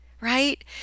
right